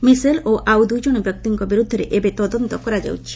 Mitchell ଓ ଆଉ ଦୁଇ ଜଣ ବ୍ୟକ୍ତିଙ୍କ ବିରୁଦ୍ଧରେ ଏବେ ତଦନ୍ତ କରାଯାଉଛି